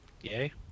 Yay